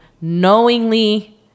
knowingly